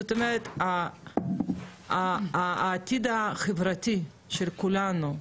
זאת אומרת העתיד החברתי של כולנו כחברה,